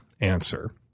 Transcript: answer